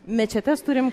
mečetes turim